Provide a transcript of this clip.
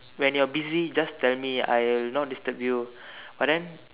when you're busy just tell me I will not disturb you but then